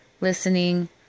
listening